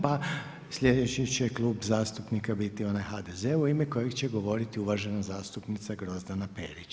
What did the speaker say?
Pa sljedeći će Klub zastupnika biti onaj HDZ-a u ime kojeg će govoriti uvažena zastupnica Grozdana Perić.